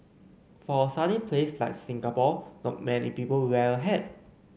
for a sunny place like Singapore not many people wear a hat